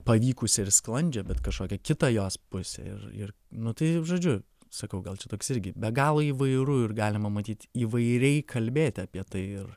pavykusią ir sklandžią bet kažkokią kitą jos pusę ir ir nu tai žodžiu sakau gal čia toks irgi be galo įvairu ir galima matyt įvairiai kalbėti apie tai ir